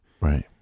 Right